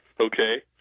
okay